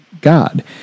God